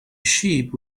sheep